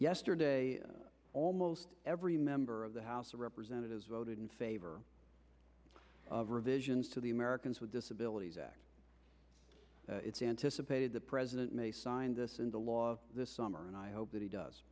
yesterday almost every member of the house of representatives voted in favor of revisions to the americans with disabilities act it's anticipated the president may sign this into law this summer and i hope that he does